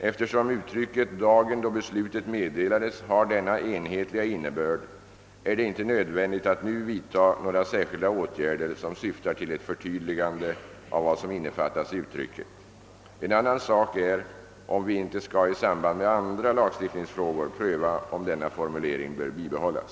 Eftersom uttrycket »dagen då beslutet meddelades» har denna enhetliga innebörd, är det inte nödvändigt att nu vidta några särskilda åtgärder som syftar till ett förtydligande av vad som innefattas i uttrycket. En annan sak är om vi inte i samband med andra lagstiftningsfrågor skall pröva om denna formulering bör bibehållas.